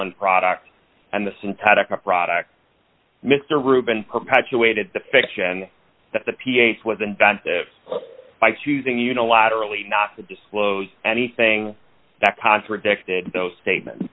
adrenaline product and the syntactic a product mr rubin perpetuated the fiction that the ph was inventive by choosing unilaterally not to disclose anything that contradicts did those statements